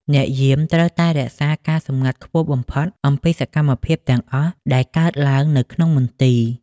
អ្នកយាមត្រូវតែរក្សាការសម្ងាត់ខ្ពស់បំផុតអំពីសកម្មភាពទាំងអស់ដែលកើតឡើងនៅក្នុងមន្ទីរ។